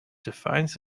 defines